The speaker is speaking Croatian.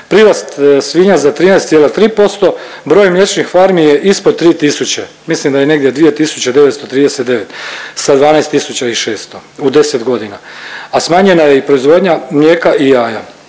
prirast svinja za 13,3%, broj mliječnih farmi je ispod 3000, mislim da je negdje 2939 sa 12600 u 10 godina, a smanjena je i proizvodnja mlijeka i jaja.